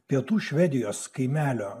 pietų švedijos kaimelio